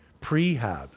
prehab